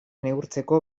neurtzeko